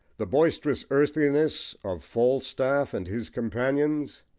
the boisterous earthiness of falstaff and his companions,